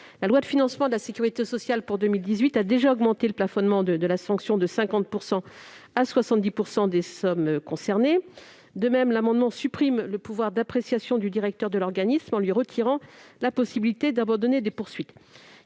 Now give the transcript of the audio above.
La loi de financement de la sécurité sociale pour 2018 a déjà porté le plafonnement de la sanction de 50 % à 70 % des sommes concernées. Par ailleurs, cet amendement tend à supprimer le pouvoir d'appréciation du directeur de l'organisme local d'assurance maladie en lui retirant la possibilité d'abandonner des poursuites.